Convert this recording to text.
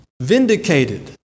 Vindicated